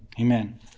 amen